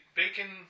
bacon